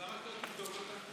אז למה לא לבדוק אותה?